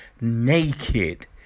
naked